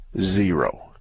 zero